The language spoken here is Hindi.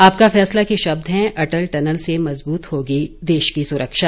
आपका फैसला के शब्द हैं अटल टनल से मजबूत होगी देश की सुरक्षा